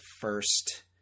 first